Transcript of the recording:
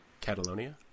Catalonia